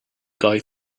guy